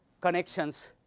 connections